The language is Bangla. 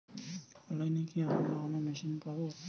অনলাইনে কি আলু লাগানো মেশিন পাব?